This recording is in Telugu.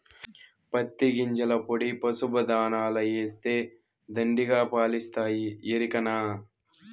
పత్తి గింజల పొడి పసుపు దాణాల ఏస్తే దండిగా పాలిస్తాయి ఎరికనా